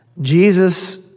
Jesus